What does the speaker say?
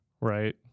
right